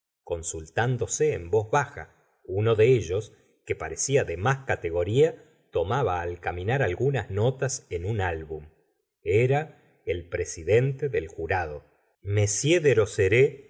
consultándose en voz baja uno de ellos que parecía de más categoría tomaba al caminar algunas notas en un álbum era el presidente del jurado m derozerays de